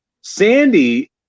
Sandy